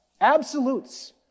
Absolutes